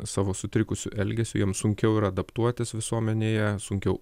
savo sutrikusiu elgesiu jiems sunkiau yra adaptuotis visuomenėje sunkiau